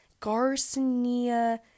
Garcinia